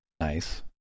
Nice